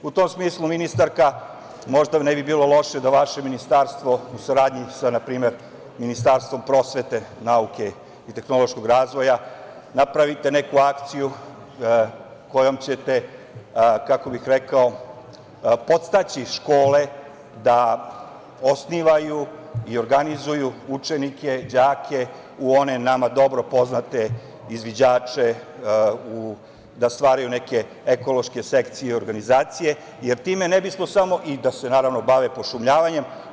U tom smislu, ministarka, možda ne bi bilo loše da vaše ministarstvo u saradnji sa, na primer, Ministarstvom prosvete, nauke i tehnološkog razvoja, napravite neku akciju kojom ćete podstaći škole da osnivaju i organizuju učenike i đake u one nama dobro poznate izviđače, da stvaraju neke ekološke sekcije i organizacije i da se bave pošumljavanjem.